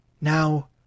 Now